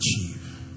achieve